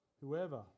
Whoever